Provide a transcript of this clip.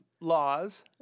laws